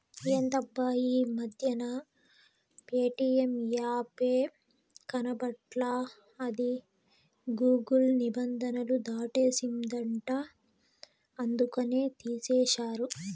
ఎందబ్బా ఈ మధ్యన ప్యేటియం యాపే కనబడట్లా అది గూగుల్ నిబంధనలు దాటేసిందంట అందుకనే తీసేశారు